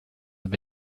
have